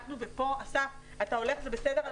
אסף, אתה הולך, וזה בסדר.